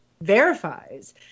verifies